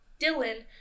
Dylan